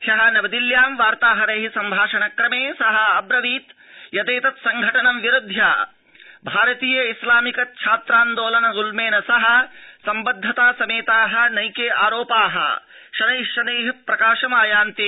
ह्यो नवदिल्ल्यां वार्ताहैर सम्भाषण क्रमे स अवदत् यदेतत् संघटन विरुध्य भारतीय इस्लामिकच्छात्रान्दोलन गुल्मेन सह सम्बद्धता समेता नैके आरोपा शनै शनै प्रकाशमायान्ति